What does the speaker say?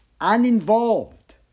uninvolved